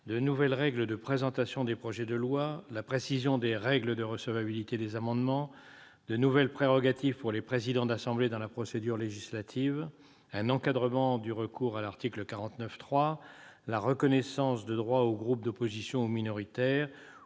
de nouvelles règles de présentation des projets de loi, la précision des règles de recevabilité des amendements, de nouvelles prérogatives pour les présidents d'assemblée dans la procédure législative, un encadrement du recours à l'article 49.3, la reconnaissance de droits aux groupes d'opposition ou minoritaires